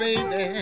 Baby